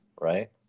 right